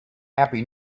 happy